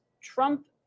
trump